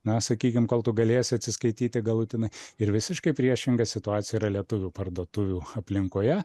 na sakykim kol tu galėsi atsiskaityti galutinai ir visiškai priešinga situacija yra lietuvių parduotuvių aplinkoje